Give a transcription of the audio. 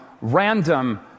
random